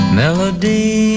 melody